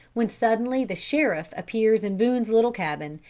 when suddenly the sheriff appears in boone's little cabin,